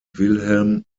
wilhelm